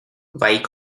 vậy